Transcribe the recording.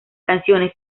canciones